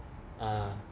ah